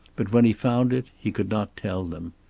but when he found it he could not tell them.